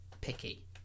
picky